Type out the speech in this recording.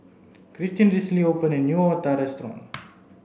Kristin recently opened a new Otah restaurant